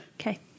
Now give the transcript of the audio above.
Okay